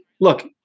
look